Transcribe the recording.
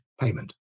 payment